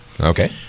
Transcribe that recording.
okay